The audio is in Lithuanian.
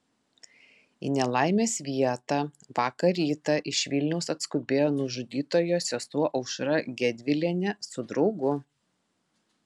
į nelaimės vietą vakar rytą iš vilniaus atskubėjo nužudytojo sesuo aušra gedvilienė su draugu